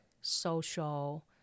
social